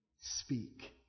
Speak